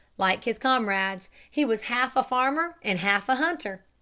like his comrades, he was half a farmer and half a hunter.